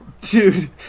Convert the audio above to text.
Dude